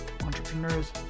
Entrepreneurs